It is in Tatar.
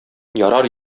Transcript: ярар